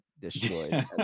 destroyed